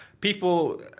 people